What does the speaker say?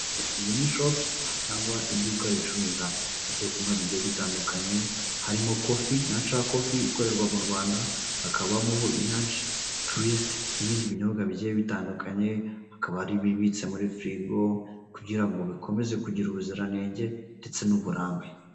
Iyi ni shopu cyangwa iduka ricuruza ibyo kunywa bigiye bitandukanye, hari kofi, naca kofi ikorerwa mu Rwanda, hakabamo enaji, twisite n'inindi binyobwa nigiye bitandukanye. Hakaba hari ibibitse muri furigo kugirango bikomeze kugira ubuziranenge ndetse n'uburambe.